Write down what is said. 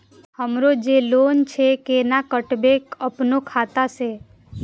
हमरो जे लोन छे केना कटेबे अपनो खाता से?